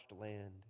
land